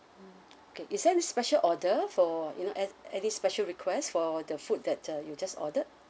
mm okay is there any special order for you know a~ any special requests for the food that uh you just ordered